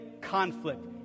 conflict